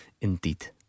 Indeed